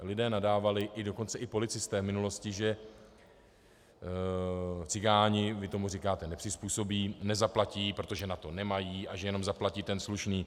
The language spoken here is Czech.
Lidé nadávali, dokonce i policisté v minulosti, že cikáni vy tomu říkáte nepřizpůsobiví nezaplatí, protože na to nemají, a že jenom zaplatí ten slušný.